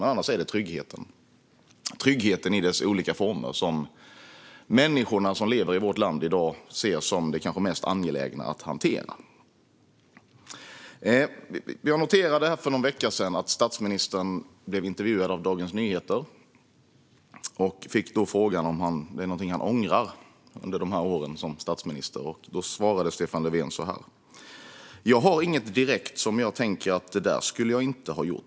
Men annars är tryggheten det som sticker ut. Det är tryggheten i dess olika former som människorna som lever i vårt land i dag kanske ser som det mest angelägna att hantera. Jag noterade för någon vecka sedan att statsministern blev intervjuad av Dagens Nyheter. Han fick då frågan om det är någonting han ångrar under åren som statsminister. Då svarade Stefan Löfven så här: "Jag har inget direkt som jag tänker att det där skulle jag inte ha gjort."